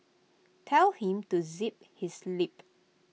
tell him to zip his lip